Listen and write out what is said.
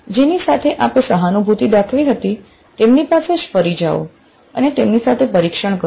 જેની સાથે આપે સહાનુભૂતિ દાખવી હતી તેમની પાસે જ ફરી જાઓ અને તેની સાથે પરીક્ષણ કરો